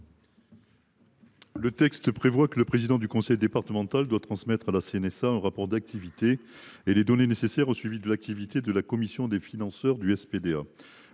Le texte prévoit que le président du conseil départemental doit transmettre à la CNSA un rapport d’activité et les données nécessaires au suivi de l’activité de la commission des financeurs du SPDA.